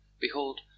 Behold